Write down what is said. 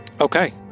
Okay